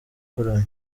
kuramya